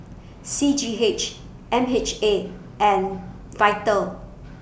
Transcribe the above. C G H M H A and Vital